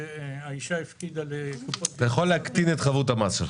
האישה הפקידה לקופות --- אתה יכול להקטין את חבות המס שלך.